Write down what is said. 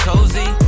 Cozy